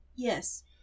Yes